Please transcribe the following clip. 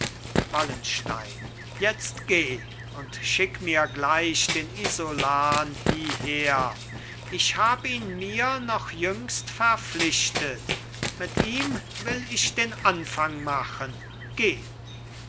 wallenstein jetzt geh und schick mir gleich den isolan hieher ich hab ihn mir noch jüngst verpflichtet mit ihm will ich den anfang machen geh